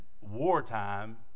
wartime